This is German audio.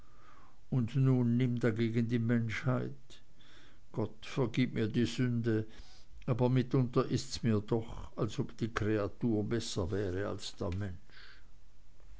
und nun nimm dagegen die menschheit gott vergib mir die sünde aber mitunter ist mir's doch als ob die kreatur besser wäre als der mensch